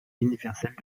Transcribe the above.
universelle